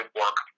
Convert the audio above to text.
work